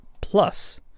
Plus